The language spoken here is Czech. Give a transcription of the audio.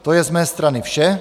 To je z mé strany vše.